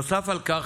נוסף על כך,